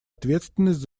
ответственность